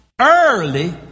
early